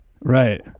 Right